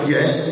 Yes